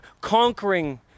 conquering